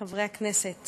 חברי הכנסת